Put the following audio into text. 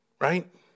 right